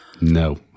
no